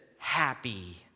Happy